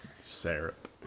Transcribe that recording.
Syrup